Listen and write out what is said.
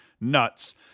Nuts